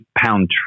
pound